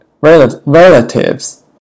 relatives